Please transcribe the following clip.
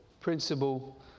principle